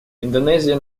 индонезия